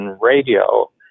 radio